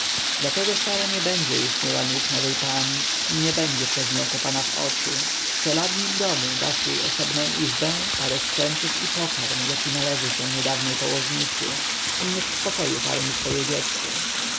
dlatego sara nie będzie już myła nóg nowej pani i nie będzie przez nią kopana w oczy w czeladnim domu dasz jej osobną izbę parę sprzętów i pokarm jaki należy się niedawnej położnicy i niech w spokoju karmi swoje dziecko